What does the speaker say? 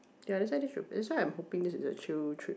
ya that's why this trip that's why I'm hopping this is a chill trip